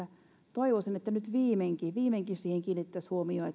toivoisin että nyt viimeinkin viimeinkin siihen kiinnitettäisiin huomiota